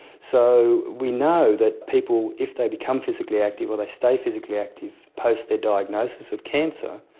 so we know that people, if they become physically active or they stay physically active post their diagnosis of cancer,